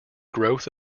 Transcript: growth